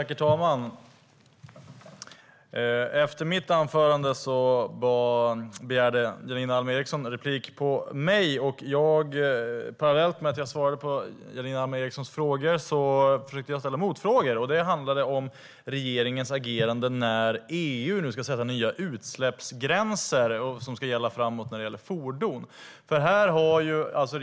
Herr talman! Efter mitt anförande begärde Janine Alm Ericson replik på mig. Parallellt med att jag svarade på Janine Alm Ericsons frågor försökte jag ställa motfrågor. De handlade om regeringens agerande när EU nu ska sätta nya utsläppsgränser för fordon som ska gälla framöver.